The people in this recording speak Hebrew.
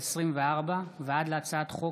פ/3686/24 וכלה בהצעת חוק